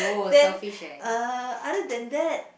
then uh other than that